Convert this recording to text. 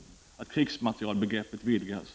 Vi kräver att krigsmaterielbegreppet vidgas